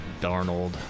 Darnold